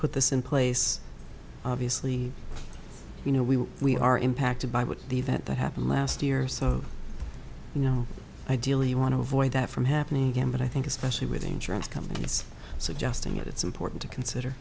put this in place obviously you know we we are impacted by what the event that happened last year so you know ideally you want to avoid that from happening again but i think especially with insurance companies suggesting that it's important to consider